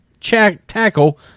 Tackle